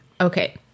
Okay